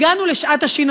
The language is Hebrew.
הגענו לשעת השין,